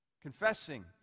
Confessing